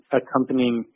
accompanying